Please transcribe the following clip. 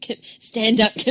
stand-up